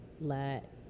let